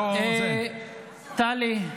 טלי,